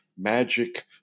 magic